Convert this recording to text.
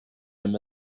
him